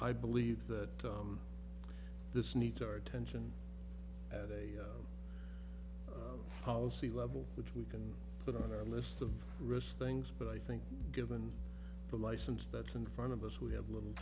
i believe that this needs our attention at a policy level which we can put on our list of risk things but i think given the license that's in front of us we have little